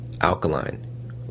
Alkaline